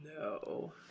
No